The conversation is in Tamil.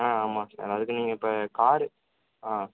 ஆ ஆமாம் சார் அதுக்கு நீங்கள் இப்போ காரு ஆ